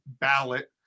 ballot